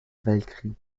weltkrieg